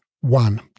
one